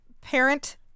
parent